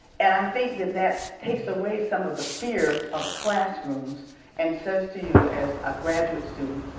and i think that that takes away some of the fear of classrooms and says to you as a graduate student,